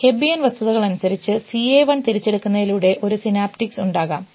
Hebbian വസ്തുതകൾ അനുസരിച്ച് CA1 തിരിച്ചെടുക്കുന്നതിലൂടെ ഈ സിനാപ്റ്റിക്സ് ഉണ്ടാകാം